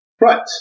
Right